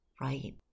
right